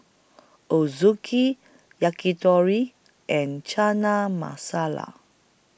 Ochazuke Yakitori and Chana Masala